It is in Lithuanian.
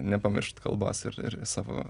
nepamiršt kalbos ir ir savo